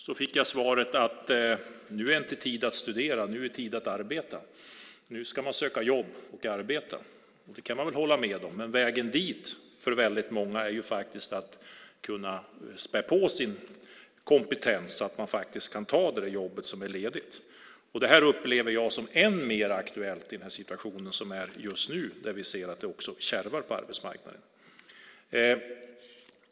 Jag fick svaret att det nu inte är tid att studera utan tid att arbeta. Nu ska man söka jobb och arbeta. Det kan man väl hålla med om. Men vägen dit för väldigt många är att kunna spä på sin kompetens så att de kan ta det jobb som är ledigt. Det här upplever jag som än mer aktuellt i den situation som är just nu där vi också ser att det kärvar på arbetsmarknaden.